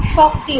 সক্রিয় হয়